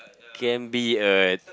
can be a